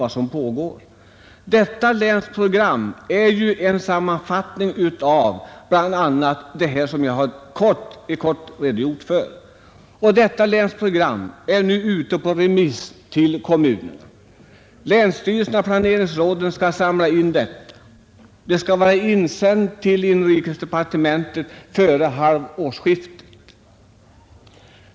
1970 års länsprogram är ju en sammanfattning av bl.a. det som jag nu kort redogjort för. Detta länsprogram är nu ute på remiss hos kommunerna, och yttrandena skall insamlas av länsstyrelsernas planeringsråd och insändas till inrikesdepartementet före halvårsskiftet.